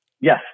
Yes